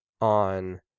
on